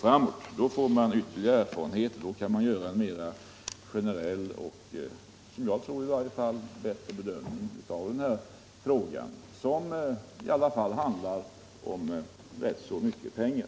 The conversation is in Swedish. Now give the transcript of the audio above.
Då vinner man ytterligare erfarenhet och kan göra en mera generell och — som jag tror i varje fall — bättre bedömning av frågan, som dock gäller rätt så mycket pengar.